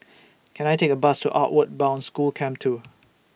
Can I Take A Bus to Outward Bound School Camp two